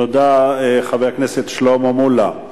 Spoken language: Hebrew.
תודה, חבר הכנסת שלמה מולה.